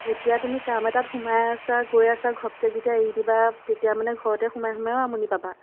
এতিয়া তুমি কাম এটাত সোমাই আছা গৈ আছা ঘপকে যেতিয়া এৰি দিবা তেতিয়া মানে ঘৰতে সোমাই সোমাইয়ো আমনি পাবা